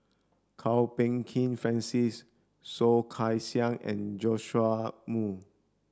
Kwok Peng Kin Francis Soh Kay Siang and Joash Moo